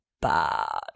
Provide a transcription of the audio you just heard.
bad